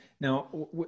Now